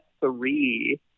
three